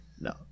no